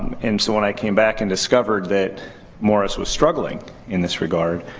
and so, when i came back and discovered that morris was struggling in this regard,